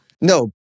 No